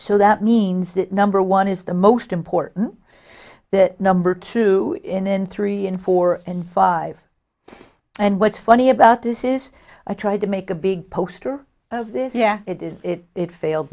so that means that number one is the most important that number two in three and four and five and what's funny about this is i tried to make a big poster of this yeah it did it fail